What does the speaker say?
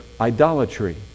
idolatry